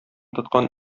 тоткан